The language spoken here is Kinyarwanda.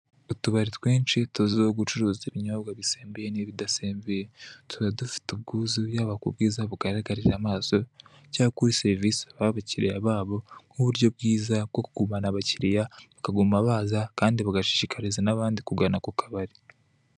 Utubari twinshi tuzwiho gucuruza ibinyobwa bisembuye n'ibidasembuye, tuba dufite ubwuzu yaba k'ubwiza bugaragarira amaso cyangwa kuri serivisi baha abakiriya babo nk'uburyo bwiza bwo kugumana abakiriya bakaguma baza, kandi bagashishikariza n'abandi kugana ako kabari.